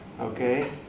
okay